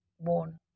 born